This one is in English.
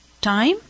time